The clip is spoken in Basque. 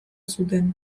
zuten